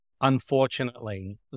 Unfortunately